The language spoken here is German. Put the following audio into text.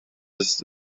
ist